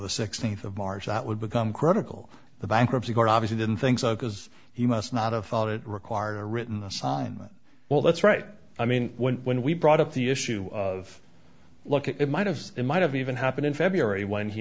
the sixteenth of march that would become critical the bankruptcy court obviously didn't think so because he must not have thought it required a written assignment well that's right i mean when we brought up the issue of look at it might have it might have even happened in february when he